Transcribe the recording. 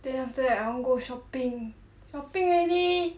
then after that I want to go shopping shopping already